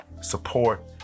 support